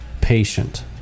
patient